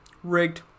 Rigged